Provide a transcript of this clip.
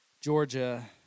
Georgia